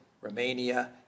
romania